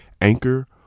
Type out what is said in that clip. Anchor